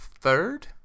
third